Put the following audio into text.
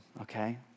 okay